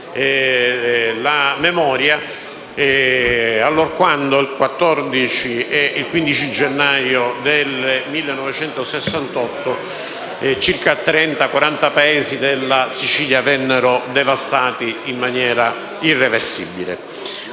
la memoria, allorquando, il 14 e il 15 gennaio 1968, circa 30-40 paesi della Sicilia vennero devastati in maniera irreversibile.